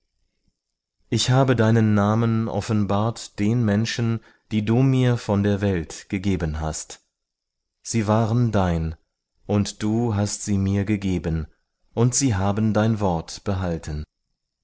ich habe deinen namen offenbart den menschen die du mir von der welt gegeben hast sie waren dein und du hast sie mir gegeben und sie haben dein wort behalten